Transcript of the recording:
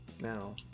Now